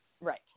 Right